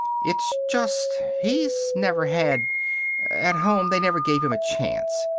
it's just he's never had at home they never gave him a chance.